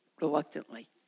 reluctantly